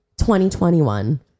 2021